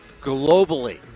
globally